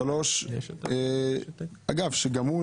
שגם הוא,